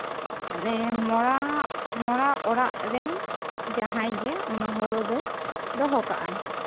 ᱢᱚᱲᱟ ᱢᱚᱲᱟ ᱚᱲᱟᱜ ᱨᱮᱱ ᱡᱟᱦᱟᱸᱭ ᱜᱮ ᱚᱱᱟ ᱦᱩᱲᱩ ᱫᱚᱭ ᱫᱚᱦᱚ ᱠᱟᱜ ᱟᱭ